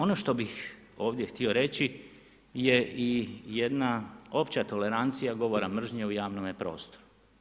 Ono što bih ovdje htio reći je i jedna opća tolerancija govora mržnje u javnome prostoru.